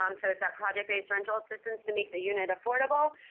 um so it's that project-based rental assistance to make the unit affordable.